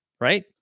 right